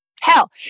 Hell